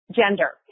gender